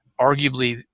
arguably